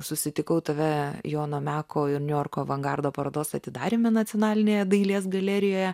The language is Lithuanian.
susitikau tave jono meko ir niujorko avangardo parodos atidaryme nacionalinėje dailės galerijoje